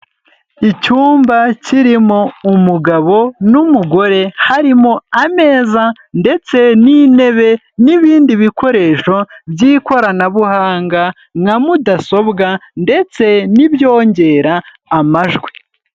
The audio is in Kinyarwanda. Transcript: Icyumba kirimo umugabo n'umugore, harimo ameza ndetse n'intebe n'ibindi bikoresho by'ikoranabuhanga nka mudasobwa ndetse n'ibyongera amajwi.